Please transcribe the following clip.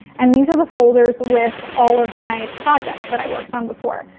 and these are the folders with all of my projects that i worked on before.